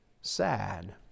sad